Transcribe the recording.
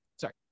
sorry